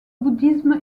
bouddhisme